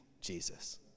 Jesus